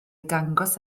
dangos